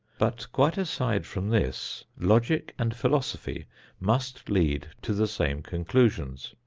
but, quite aside from this, logic and philosophy must lead to the same conclusions.